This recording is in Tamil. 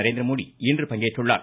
நரேந்திரமோடி இன்று பங்கேற்றுள்ளார்